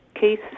Keith